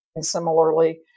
similarly